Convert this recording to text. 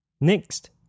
Next